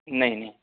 نہیں نہیں